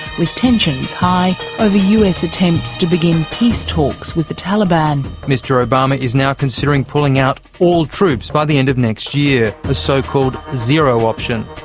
with tensions high over us attempts to begin peace talks with the taliban. mr obama is now considering pulling out all troops by the end of next year, a so-called zero option.